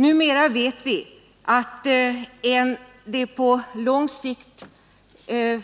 Numera vet vi att ett på lång sikt